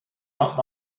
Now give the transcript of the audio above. not